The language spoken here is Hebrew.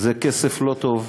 זה כסף לא טוב,